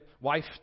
wife